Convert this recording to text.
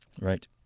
right